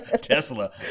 Tesla